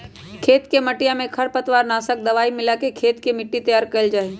खेत के मटिया में खरपतवार नाशक दवाई मिलाके खेत के मट्टी तैयार कइल जाहई